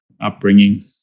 upbringing